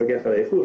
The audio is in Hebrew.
לפקח על האיכות,